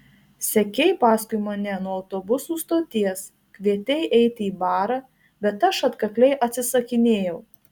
sekei paskui mane nuo autobusų stoties kvietei eiti į barą bet aš atkakliai atsisakinėjau